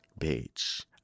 bitch